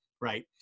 Right